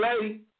lady